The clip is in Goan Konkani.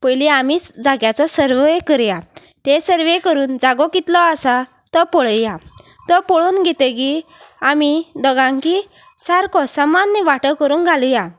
पयलीं आमीच जाग्याचो सर्वे करुया ते सर्वे करून जागो कितलो आसा तो पळया तो पळोवन घेतकीर आमी दोगांकी सारको सामान्य वांटो करूंक घालुया